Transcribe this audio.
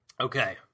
Okay